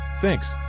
Thanks